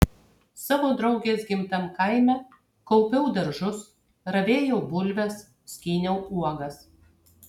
savo draugės gimtam kaime kaupiau daržus ravėjau bulves skyniau uogas